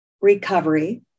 recovery